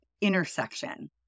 intersection